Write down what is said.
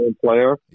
player